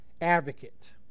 advocate